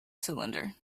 cylinder